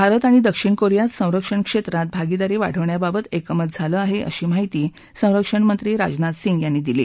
भारत आणि दक्षिण कोरियात संरक्षण क्षेत्रात भागीदारी वाढवण्याबाबत एकमत झालं आहे अशी माहिती संरक्षणमंत्री राजनाथ सिंग यांनी दिली